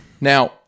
Now –